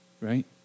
right